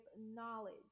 knowledge